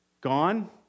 gone